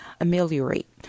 ameliorate